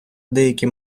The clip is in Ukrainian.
деякі